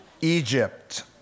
Egypt